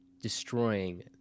destroying